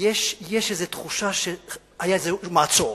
יש איזו תחושה שהיה איזה מעצור.